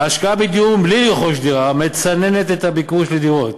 ההשקעה בדיור בלי לרכוש דירה מצננת את הביקוש לדירות,